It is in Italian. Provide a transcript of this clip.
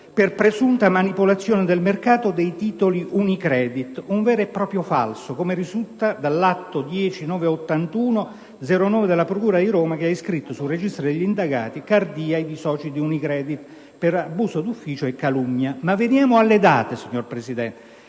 per presunta manipolazione del mercato dei titoli Unicredit, un vero e proprio falso, come risulta dall'atto 10981/09 della procura di Roma, che ha iscritto sul registro degli indagati Cardia e i soci di Unicredit per abuso d'ufficio e calunnia. Veniamo alle date, signor Presidente.